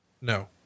No